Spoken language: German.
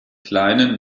kleine